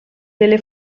delle